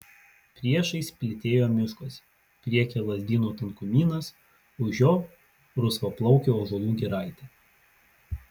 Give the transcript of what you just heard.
priešais plytėjo miškas priekyje lazdynų tankumynas už jo rusvaplaukių ąžuolų giraitė